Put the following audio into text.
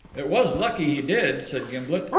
it was lucky he did, said gimblet.